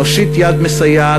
נושיט יד מסייעת,